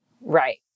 Right